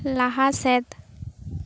ᱞᱟᱦᱟ ᱥᱮᱫ